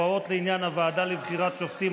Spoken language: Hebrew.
(הוראות לעניין הוועדה לבחירת שופטים),